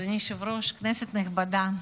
אדוני היושב-ראש, כנסת נכבדה,